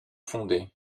fondées